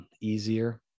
easier